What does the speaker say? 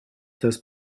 das